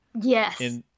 yes